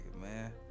man